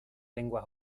lengua